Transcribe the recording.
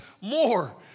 more